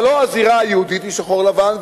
אבל לא הזירה היהודית היא שחור לבן,